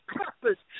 purpose